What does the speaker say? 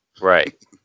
Right